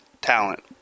talent